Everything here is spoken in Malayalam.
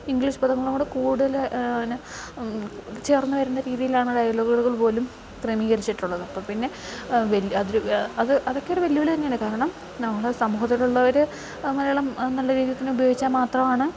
ഇങ്ക്ലീഷ് പദങ്ങളോട് കൂടുതൽ എന്നെ ചേർന്ന് വരുന്ന രീതീലാണ് ഡയലോഗ്കൾള് പോലും ക്രമീകരിച്ചിട്ടുള്ളത് അപ്പം പിന്നെ വല് അതൊരു അത് അതൊക്കെ ഒരു വെല്ലു വിളി തന്നെയാണ് കാരണം നമ്മൾ സമൂഹത്തിൽ ഉള്ളവർ മലയാളം നല്ല രീതി തന്നെ ഉപയോഗിച്ചാൽ മാത്രമാണ്